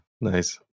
nice